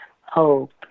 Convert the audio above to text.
hope